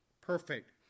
perfect